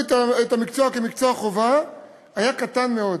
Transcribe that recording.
את המקצוע כמקצוע חובה היה קטן מאוד,